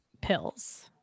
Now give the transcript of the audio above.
pills